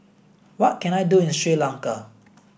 what can I do in Sri Lanka